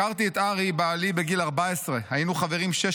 הכרתי את ארי בעלי בגיל 14. היינו חברים שש